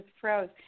froze